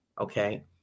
okay